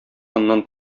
аннан